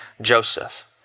Joseph